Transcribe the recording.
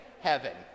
heaven